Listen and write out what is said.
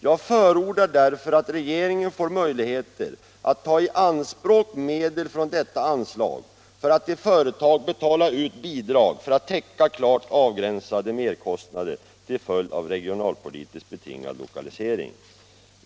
Jag förordar därför att regeringen får möjlighet att ta i anspråk medel från detta anslag för att till företag betala ut bidrag för att täcka klart avgränsar merkostnader till följd av en regionalpolitiskt betingad Ilokalisering.